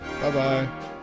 Bye-bye